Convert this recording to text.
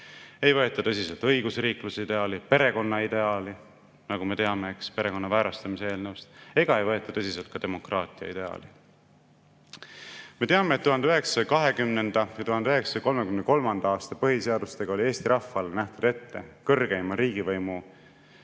Ei võeta tõsiselt õigusriikluse ideaali, perekonna ideaali, nagu me teame perekonna väärastamise eelnõust, ega võeta tõsiselt ka demokraatia ideaali. Me teame, et 1920. ja 1933. aasta põhiseadustega oli Eesti rahvale nähtud ette kõrgeima riigivõimu